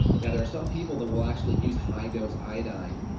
now, there are some people that will actually use high dose iodine,